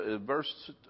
verse